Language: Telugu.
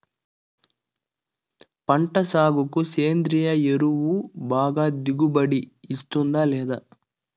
పంట సాగుకు సేంద్రియ ఎరువు బాగా దిగుబడి ఇస్తుందా లేదా